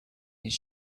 his